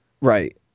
Right